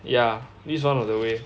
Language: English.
ya this one of the way